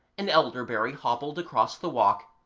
an elderberry hobbled across the walk,